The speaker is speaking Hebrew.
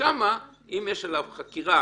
שם אם יש עליו חקירה